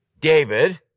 David